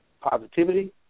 positivity